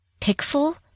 pixel